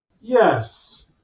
Yes